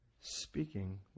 speaking